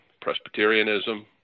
Presbyterianism